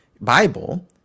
Bible